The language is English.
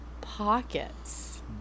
pockets